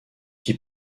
qui